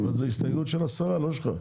זאת הסתייגות של השרה, לא שלך.